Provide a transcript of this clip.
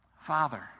Father